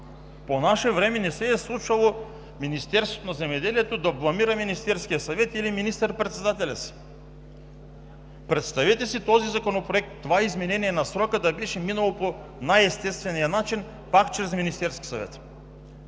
По наше време не се е случвало Министерството на земеделието да бламира Министерския съвет или министър-председателя си. Представете си този законопроект – това изменение на срока, да беше минало по най-естествения начин, пак чрез Министерския съвет.